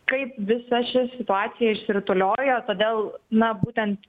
kaip visa ši situacija išsirutuliojo todėl na būtent